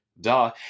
Duh